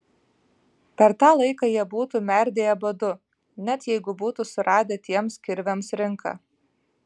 per tą laiką jie būtų merdėję badu net jeigu būtų suradę tiems kirviams rinką